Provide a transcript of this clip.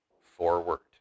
forward